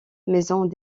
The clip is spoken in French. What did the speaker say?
maisons